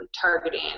targeting